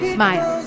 smile